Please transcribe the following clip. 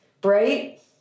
bright